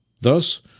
THUS